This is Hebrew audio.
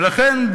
ולכן,